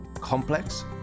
complex